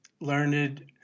learned